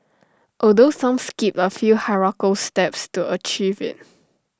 although some skipped A few hierarchical steps to achieve IT